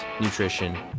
nutrition